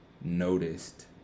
noticed